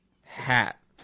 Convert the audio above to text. hat